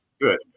Good